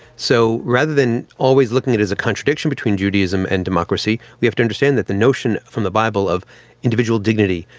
so rather than always looking at it as a contradiction between judaism and democracy, we have to understand that the notion from the bible of individual dignity,